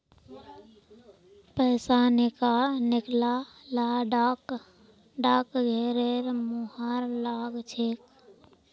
पैसा निकला ल डाकघरेर मुहर लाग छेक